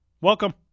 welcome